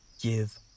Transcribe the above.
give